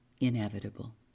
inevitable